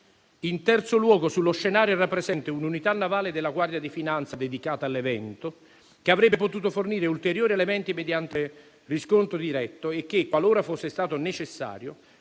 in terzo luogo, sullo scenario era presente un'unità navale della Guardia di finanza dedicata all'evento, che avrebbe potuto fornire ulteriori elementi mediante riscontro diretto e che, qualora fosse stato necessario,